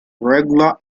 regular